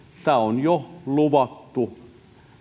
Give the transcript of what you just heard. tämä on jo luvattu